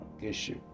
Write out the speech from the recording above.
issue